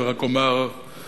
ורק אומר כהבהרה: